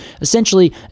essentially